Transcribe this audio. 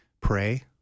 pray